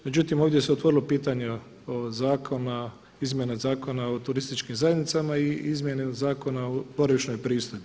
Međutim, ovdje se otvorilo pitanje od zakona, izmjena Zakona o turističkim zajednicama i izmjene Zakona o boravišnoj pristojbi.